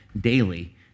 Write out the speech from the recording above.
daily